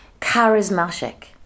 charismatic